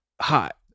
hot